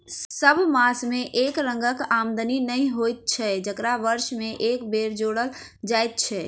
सभ मास मे एके रंगक आमदनी नै होइत छै जकरा वर्ष मे एक बेर जोड़ल जाइत छै